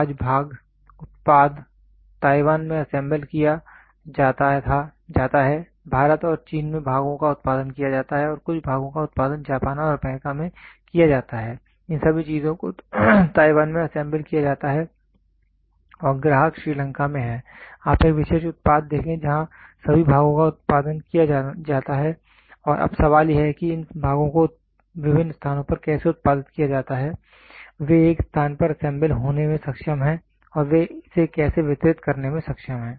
आज भाग उत्पाद ताइवान में असेंबल किया जाता है भारत और चीन में भागों का उत्पादन किया जाता है और कुछ भागों का उत्पादन जापान और अमेरिका में किया जाता है इन सभी चीजों को ताइवान में असेंबल किया जाता है और ग्राहक श्रीलंका में है आप एक विशेष उत्पाद देखें जहां सभी भागों का उत्पादन किया जाता है और अब सवाल यह है कि इन भागों को विभिन्न स्थानों पर कैसे उत्पादित किया जाता है वे एक स्थान पर असेंबल होने में सक्षम हैं और वे इसे कैसे वितरित करने में सक्षम हैं